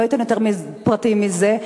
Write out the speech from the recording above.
לא אתן יותר פרטים מזה,